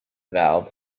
valve